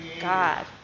God